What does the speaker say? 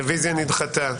הרביזיה נדחתה.